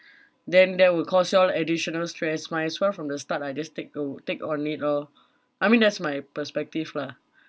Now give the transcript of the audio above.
then that will cause you all additional stress might as well from the start ah just take o~ take on it orh I mean that's my perspective lah